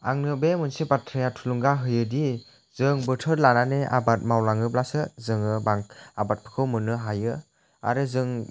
आंनो बे मोनसे बाथ्राया थुलुंगा होयोदि जों बोथोर लानानै आबाद मावलाङोब्लासो जोङो आबादफोरखौ मोननो हायो आरो जों